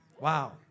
Wow